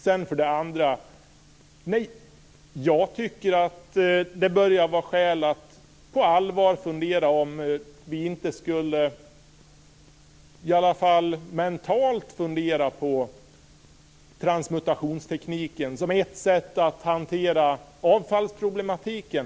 Sedan vill jag säga att jag tycker att det börjar finnas skäl att på allvar i alla fall fundera på transmutationstekniken som ett sätt att hantera avfallsproblematiken.